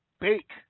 bake